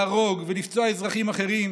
להרוג ולפצוע אזרחים אחרים